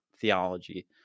theology